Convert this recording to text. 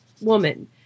woman